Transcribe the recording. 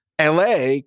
LA